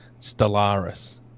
Stellaris